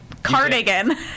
cardigan